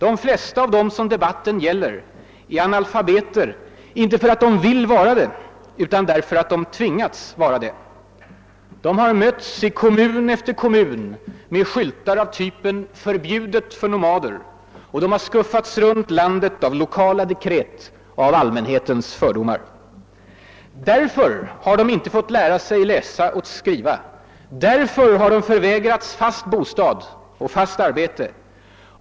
De flesta av dem som debatten gäller är analfabeter inte därför att de vill vara det utan därför att de tvingats vara det. De har mötts i kommun efter kommun med skyltar av typen »förbjudet för nomader», och de har skuffats runt landet av lokala dekret och av allmänhetens fördomar. Därför har de inte fått lära sig läsa och skriva, därför har de förvägrats fast bostad och fast arbete.